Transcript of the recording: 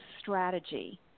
strategy